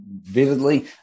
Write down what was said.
vividly